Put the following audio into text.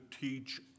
teach